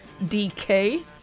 dk